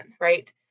right